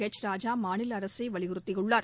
எச்ராஜா மாநில அரசை வலியுறுத்தியுள்ளார்